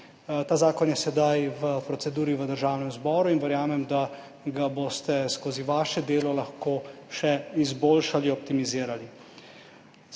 Ta zakon je sedaj v proceduri v Državnem zboru in verjamem, da ga boste skozi vaše delo lahko še izboljšali, optimizirali.